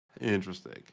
Interesting